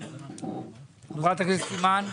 בבקשה.